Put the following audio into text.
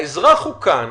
האזרח אוכן,